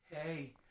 Hey